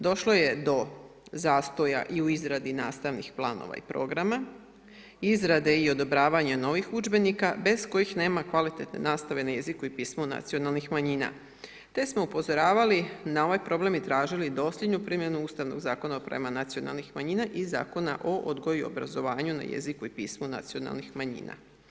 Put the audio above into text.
Došlo je do zastoja i u izradi nastavnih planova i programa, izrade i odobravanja novih udžbenika bez kojih nema kvalitetne nastave na jeziku i pismu nacionalnih manjina te smo upozoravali na ovaj problem i tražili dosljednu primjenu Ustavnog zakona prema nacionalnim manjina i Zakona o odgoju i obrazovanju na jeziku i pismu nacionalnih manjina.